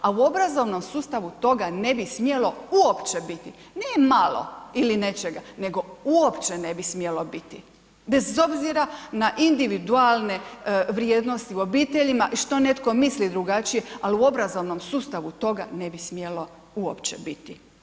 A u obrazovnom sustavu toga ne bi smjelo uopće biti, ne malo ili nečega nego uopće ne bi smjelo biti bez obzira na individualnije vrijednosti u obiteljima i što netko misli drugačije ali u obrazovnom sustavu toga ne bi smjelo uopće biti.